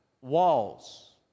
walls